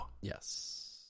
Yes